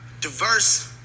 diverse